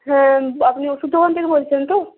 হ্যাঁ আপনি ওষুধের দোকান থেকে বলছেন তো